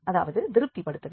அதாவது திருப்திபடுத்தவில்லை